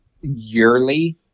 yearly